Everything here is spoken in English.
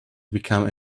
become